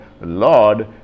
Lord